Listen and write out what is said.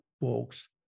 walks